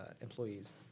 employees